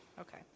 okay